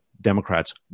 Democrats